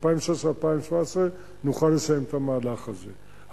ב-2016 2017 נוכל לסיים את המהלך הזה.